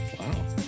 Wow